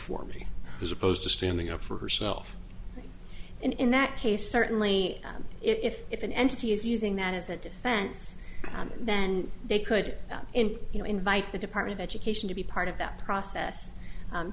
for me as opposed to standing up for herself in that case certainly if if an entity is using that as a defense then they could in you know invite the department of education to be part of that process